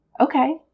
okay